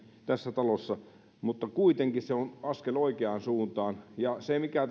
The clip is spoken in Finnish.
tässä talossa sen tietää mutta kuitenkin se on askel oikeaan suuntaan ja se mikä